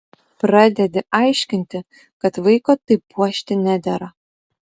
pradedi aiškinti kad vaiko taip puošti nedera